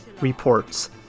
reports